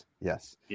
yes